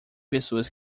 pessoas